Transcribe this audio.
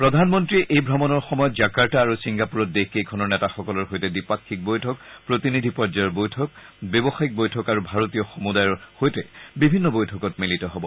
প্ৰধানমন্তীয়ে এই ভ্ৰমণৰ সময়ত জাকাৰ্টা আৰু চিংগাপুৰত দেশকেইখনৰ নেতাসকলৰ সৈতে দ্বিপাক্ষিক বৈঠক প্ৰতিনিধি পৰ্যায়ৰ বৈঠক ব্যৱসায়ীক বৈঠক আৰু ভাৰতীয় সমুদায়ৰ সৈতে বিভিন্ন বৈঠকত মিলিত হ'ব